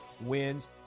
wins